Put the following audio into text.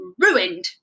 ruined